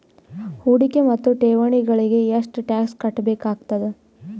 ಹೂಡಿಕೆ ಮತ್ತು ಠೇವಣಿಗಳಿಗ ಎಷ್ಟ ಟಾಕ್ಸ್ ಕಟ್ಟಬೇಕಾಗತದ?